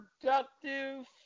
productive